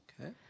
Okay